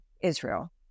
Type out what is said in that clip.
Israel